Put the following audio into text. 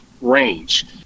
range